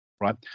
Right